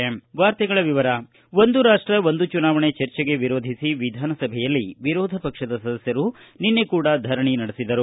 ಒಂದು ರಾಷ್ಷ ಒಂದು ಚುನಾವಣೆ ಚರ್ಚೆಗೆ ವಿರೋಧಿಸಿ ವಿಧಾನಸಭೆಯಲ್ಲಿ ವಿರೋಧ ಪಕ್ಷದ ಸದಸ್ವರು ನಿನ್ನೆ ಕೂಡಾ ಧರಣಿ ನಡೆಸಿದರು